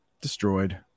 destroyed